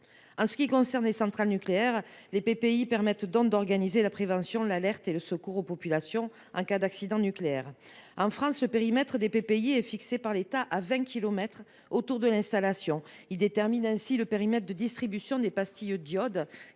En ce qui concerne les centrales nucléaires, les PPI permettent d'organiser la prévention, l'alerte et le secours aux populations en cas d'accident nucléaire. En France, le périmètre des PPI, fixé par l'État à vingt kilomètres autour de l'installation, conditionne la distribution de pastilles d'iode,